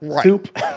soup